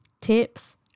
tips